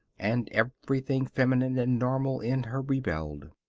and everything feminine and normal in her rebelled.